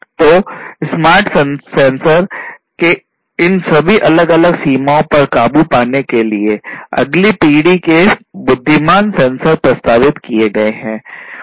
तो smart sensor के इन सभी अलग अलग सीमाओं पर काबू पाने के लिए अगली पीढ़ी के बुद्धिमान सेंसर प्रस्तावित किए गए हैं